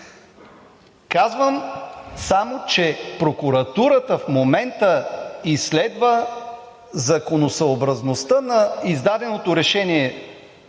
Казвам само, че прокуратурата в момента изследва законосъобразността на издаденото решение